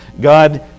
God